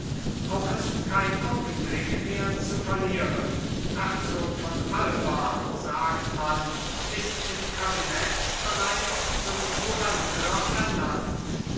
auch ist kein augenblick mehr zu verlieren herzog von alba sagt man ist im kabinett bereits zum gouverneur ernannt